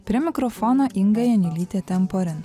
prie mikrofono inga janiulytė temporen